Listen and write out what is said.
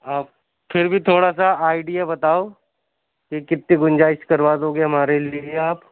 آپ پھر بھی تھورا سا آئیڈیا بتاؤ کہ کتنی گُنجائس کروا دو گے ہمارے لیے آپ